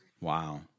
Wow